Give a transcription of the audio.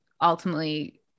ultimately